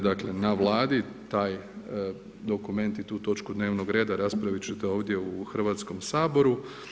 Dakle na Vladi taj dokument i tu točku dnevnoga reda raspravit ćete ovdje u Hrvatskom saboru.